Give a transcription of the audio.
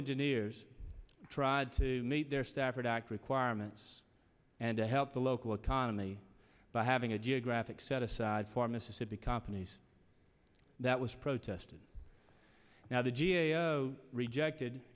engineers tried to meet their stafford act requirements and to help the local economy by having a geographic set aside for mississippi companies that was protested now the g a o rejected